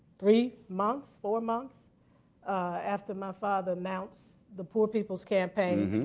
three months, four months after my father announced the poor people's campaign.